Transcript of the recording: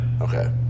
Okay